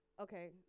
okay